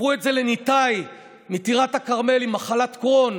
תספרו את זה לניתאי מטירת הכרמל עם מחלת קרוהן,